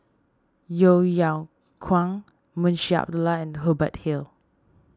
Yeo Yeow Kwang Munshi Abdullah and Hubert Hill